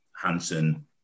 Hansen